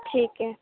ٹھیک ہے